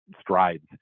strides